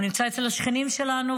הוא נמצא אצל השכנים שלנו,